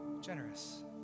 generous